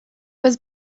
was